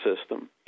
system